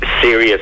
serious